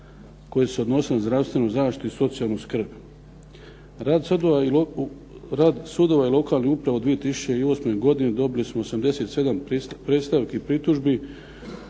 koje su se odnosile na zdravstvenu zaštitu i socijalnu skrb. Rad sudova i lokalnih uprava u 2008. godini dobili smo 87 predstavki i pritužbi,